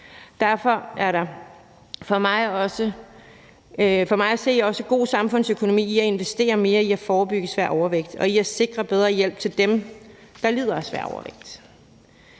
Derfor er der for mig at se også god samfundsøkonomi i at investere mere i at forebygge svær overvægt og i at sikre bedre hjælp til dem, der lider af svær overvægt.